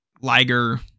Liger